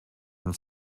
and